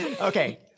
Okay